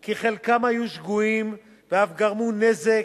כי חלקם היו שגויים ואף גרמו נזק,